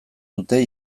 dute